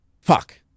fuck